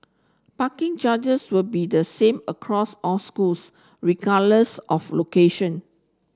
parking charges will be the same across all schools regardless of location